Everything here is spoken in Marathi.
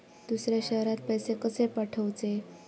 दुसऱ्या शहरात पैसे कसे पाठवूचे?